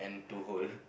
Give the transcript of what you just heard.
to hold